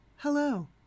Hello